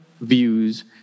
views